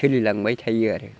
सोलि लांबाय थायो आरो